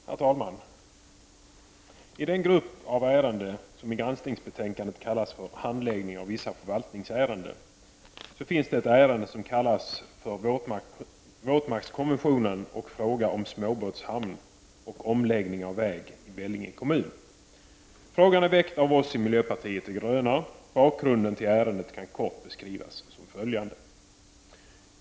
Herr talman! I den grupp av ärenden som i granskningsbetänkandet kallas Handläggning av vissa förvaltningsärenden finns det ett ärende som kallas Våtmarkskonventionen och fråga om småbåtshamn och omläggning av väg i Vellinge kommun. Frågan är väckt av oss i miljöpartiet de gröna. Bakgrunden till ärendet kan kort beskrivas som följer.